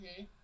-hmm